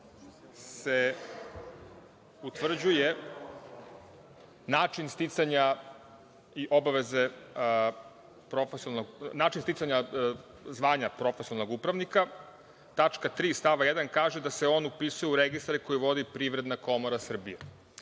se utvrđuje način sticanja zvanja profesionalnog upravnika, tačka 3. stava 1. kaže da se on upisuje u registar koji vodi PKS.Da li možemo da dobijemo